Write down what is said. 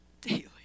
daily